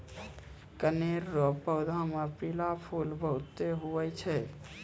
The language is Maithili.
कनेर रो पौधा मे पीला फूल बहुते हुवै छै